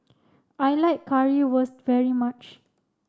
I like Currywurst very much